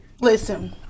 listen